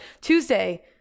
tuesday